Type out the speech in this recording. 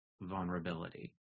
vulnerability